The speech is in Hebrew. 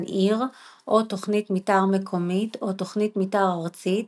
עיר או תוכנית מתאר מקומית או תוכנית מתאר ארצית,